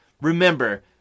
Remember